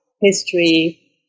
history